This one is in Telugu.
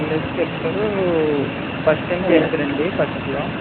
టెన్ డేస్ చెప్తారు ఫస్ట్ టైమ్ చేయిస్తారు అండి ఫస్ట్లో